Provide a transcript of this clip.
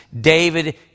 David